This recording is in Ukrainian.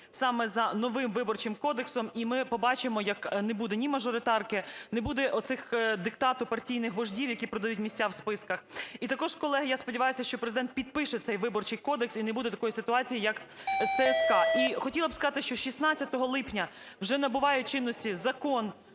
саме за новим Виборчим кодексом. І ми побачимо, як не буде ні мажоритарки, не буде оцього диктату партійних вождів, які продають місця в списках. І також, колеги, я сподіваюся, що Президент підпише цей Виборчий кодекс і не буде такої ситуації, як з ТСК. І хотіла б сказати, що 16 липня вже набуває чинності Закон